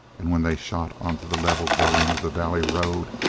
and when they shot onto the level going of the valley road,